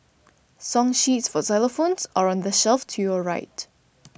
song sheets for xylophones are on the shelf to your right